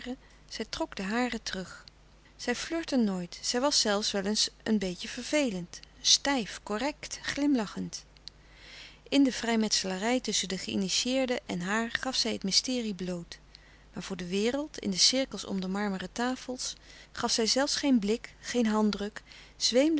zij trok den hare terug zij flirtte nooit zij was zelfs wel eens een beetje vervelend stijf correct glimlachend in de vrijmetselarij tusschen de geïnitieerden en haar gaf zij het mysterie bloot maar voor de wereld in de cirkels om de marmeren tafels gaf zij zelfs geen blik geen handdruk zweemde